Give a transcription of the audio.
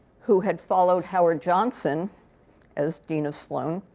who had followed howard johnson as dean of sloan,